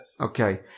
Okay